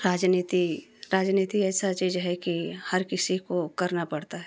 राजनीति राजनीति ऐसा चीज़ है कि हर किसी को करना पड़ता है